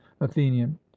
Athenian